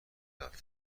داده